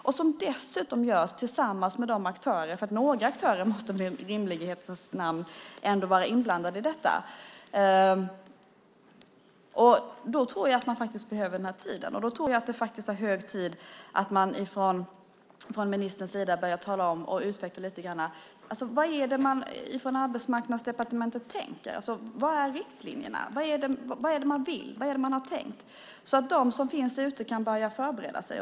Den görs dessutom tillsammans med andra aktörer, för några aktörer måste väl i rimlighetens namn vara inblandade i detta. Då tror jag att man behöver den tid som finns. Jag tror också att det är hög tid att ministern lite grann utvecklar vad det är man tänkt sig från Arbetsmarknadsdepartementets sida. Vilka är riktlinjerna? Vad är det man vill? Vad är det man tänkt sig? Det är viktigt för att de som berörs ska kunna förbereda sig.